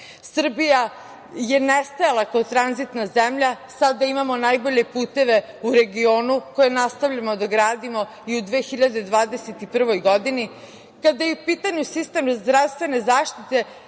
Srbija je nestala kao tranzitna zemlja, a sada imamo najbolje puteve u regionu, koje nastavljamo da gradimo i u 2021. godini. Kada je u pitanju i sistem zdravstvene zaštite